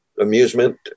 amusement